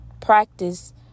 practice